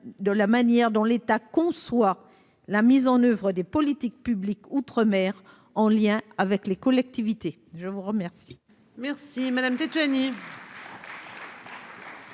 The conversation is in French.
de la manière dont l'État conçoit la mise en oeuvre des politiques publiques outre-mer en lien avec les collectivités. Je vous remercie.